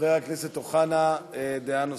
חבר הכנסת אוחנה, דעה נוספת.